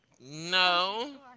No